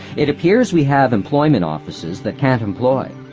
it appears we have employment offices that can't employ,